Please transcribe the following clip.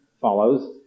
follows